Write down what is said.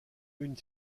une